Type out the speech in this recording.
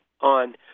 on